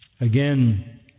Again